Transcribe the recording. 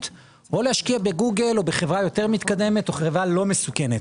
או להשקיע בגוגל או בחברה יותר מתקדמת או חברה לא מסוכנת,